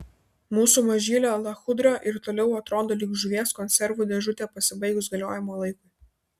mūsų mažylė lachudra ir toliau atrodo lyg žuvies konservų dėžutė pasibaigus galiojimo laikui